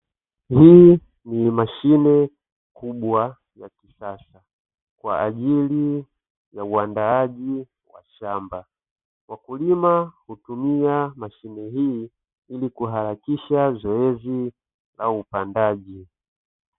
Hii ni mashine kubwa na ya kisasa kwa ajili ya uandaaji wa shamba, mkulima hutumia mashine hii ili kuharakisha zoezi la upandaji.